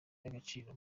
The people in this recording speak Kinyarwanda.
y’agaciro